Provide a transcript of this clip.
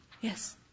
Yes